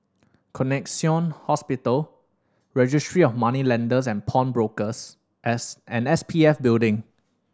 Connexion Hospital Registry of Moneylenders and Pawnbrokers S and S P F Building